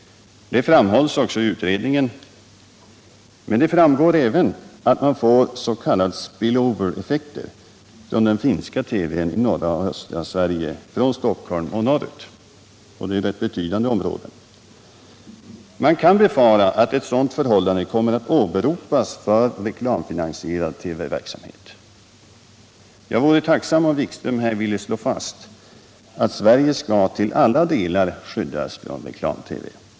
Detta framhålls också i utredningen. Men det framgår även att man får s.k. spill-over-effekter från finsk TV i norra och östra Sverige — från Stockholm och norrut. Och det är fråga om rätt betydande områden. Man kan befara att ett sådant förhållande kommer att åberopas för reklamfinansierad TV-verksamhet. Jag vore tacksam om Jan-Erik Wikström här ville slå fast att Sverige till alla delar skall skyddas från reklam-TV.